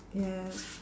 yeah